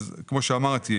כמו שאמרתי,